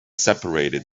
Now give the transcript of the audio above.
separated